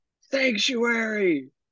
Sanctuary